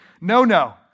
no-no